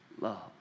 love